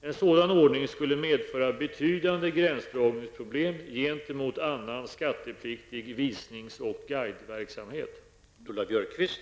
En sådan ordning skulle medföra betydande gränsdragningsproblem gentemot annan skattepliktig visnings och guideverksamhet.